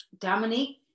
Dominique